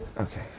okay